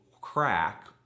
crack